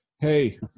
Hey